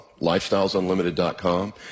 lifestylesunlimited.com